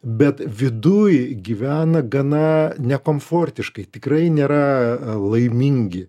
bet viduj gyvena gana nekomfortiškai tikrai nėra laimingi